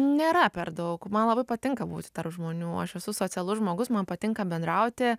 nėra per daug man labai patinka būti tarp žmonių aš esu socialus žmogus man patinka bendrauti